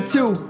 two